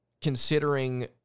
considering